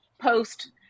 post